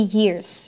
years